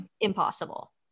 impossible